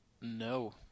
No